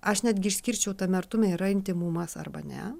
aš netgi išskirčiau tame artume yra intymumas arba ne